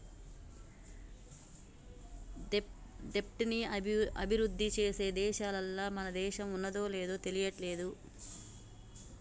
దెబ్ట్ ని అభిరుద్ధి చేసే దేశాలల్ల మన దేశం ఉన్నాదో లేదు తెలియట్లేదు